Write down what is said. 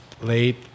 late